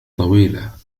طويلة